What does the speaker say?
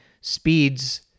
speeds